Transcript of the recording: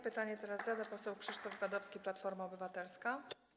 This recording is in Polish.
Pytanie teraz zada poseł Krzysztof Gadowski, Platforma Obywatelska.